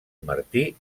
martí